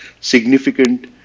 significant